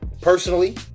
personally